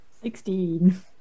Sixteen